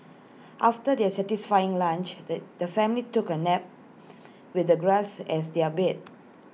after their satisfying lunch the the family took A nap with the grass as their bed